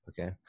Okay